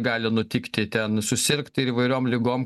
gali nutikti ten susirgt ir įvairiom ligom